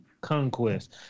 Conquest